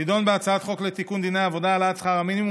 תדון בהצעת חוק לתיקון דיני העבודה (העלאת שכר המינימום,